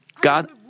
God